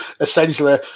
essentially